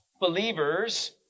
believers